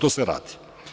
To se radi.